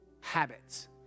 Habits